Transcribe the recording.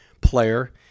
player